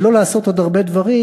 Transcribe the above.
ולא לעשות עוד הרבה מאוד דברים.